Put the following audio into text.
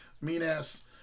mean-ass